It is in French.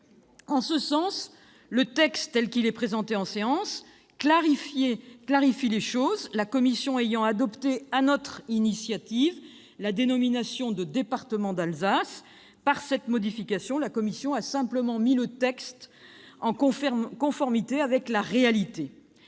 En ce sens, le texte tel qu'il est présenté en séance clarifie les choses, la commission ayant adopté sur notre initiative la dénomination « département d'Alsace ». Par cette modification, la commission a simplement mis le texte en conformité avec la réalité.